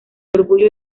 orgullo